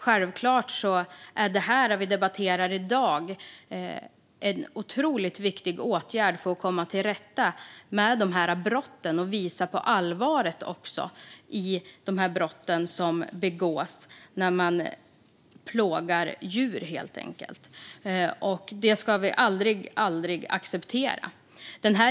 Självklart är det vi debatterar i dag en otroligt viktig åtgärd för att komma till rätta med dessa brott och för att visa på allvaret i de brott som begås när man plågar djur. Detta ska vi aldrig någonsin acceptera.